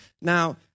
Now